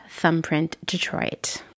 thumbprintdetroit